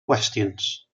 questions